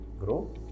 grow